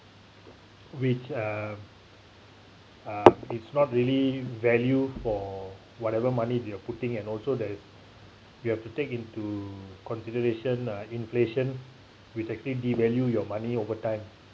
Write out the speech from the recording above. which uh uh it's not really value for whatever money you are putting and also that you have to take into consideration uh inflation which actually devalue your money over time